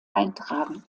eintragen